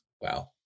Wow